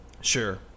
Sure